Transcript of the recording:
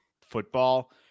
football